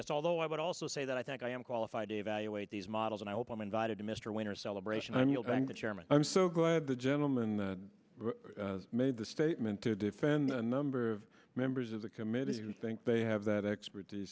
that although i would also say that i think i am qualified to evaluate these models and i hope i'm invited to mr winter celebration i'm you'll thank the chairman i'm so glad the gentleman made the statement to defend a number of members of the committee who think they have that expertise